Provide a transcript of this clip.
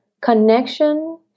Connection